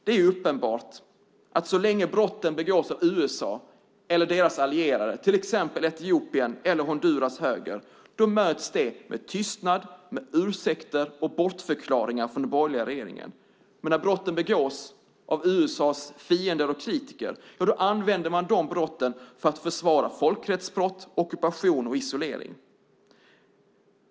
Det är uppenbart att så länge brotten begås av USA eller deras allierade, till exempel Etiopien eller Honduras höger, möts de av tystnad, ursäkter och bortförklaringar från den borgerliga regeringen. Men när brotten begås av USA:s fiender och kritiker används brotten för att försvara folkrättsbrott, ockupation och isolering.